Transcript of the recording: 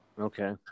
Okay